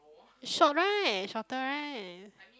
it's short right shorter right